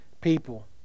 people